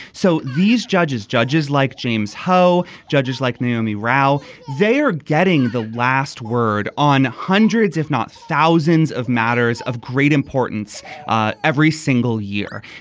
so these judges judges like james ho judges like naomi roe they are getting the last word on hundreds if not thousands of matters of great importance ah every single year.